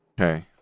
Okay